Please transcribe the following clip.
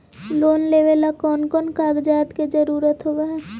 Loan लेबे ला कौन कौन कागजात के जरुरत होबे है?